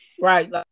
Right